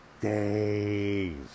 days